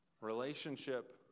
Relationship